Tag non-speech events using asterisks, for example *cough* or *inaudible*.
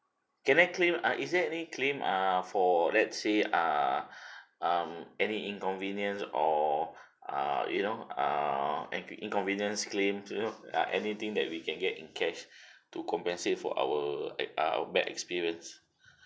can I claim ah is there any claim ah for let's say ah *breath* um any inconvenience or err you know err and in~ inconvenience claims you know ah anything that we can get in cash *breath* to compensate for our eh our bad experience